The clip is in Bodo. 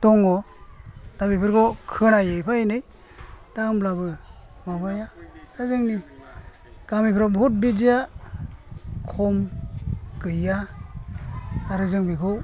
दङ' दा बेफेरखौ खोनायो एफा एनै दा होमब्लाबो माबाया दा जोंनि गामिफ्राव बुहुथ बिदिया खम गैया आरो जों बेखौ